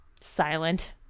silent